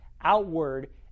outward